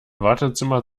wartezimmer